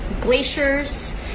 glaciers